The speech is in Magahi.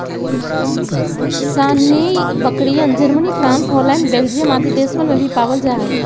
सानेंइ बकरियन, जर्मनी, फ्राँस, हॉलैंड, बेल्जियम आदि देशवन में भी पावल जाहई